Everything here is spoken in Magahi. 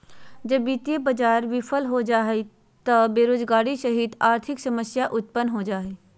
जब वित्तीय बाज़ार बिफल हो जा हइ त बेरोजगारी सहित आर्थिक समस्या उतपन्न हो जा हइ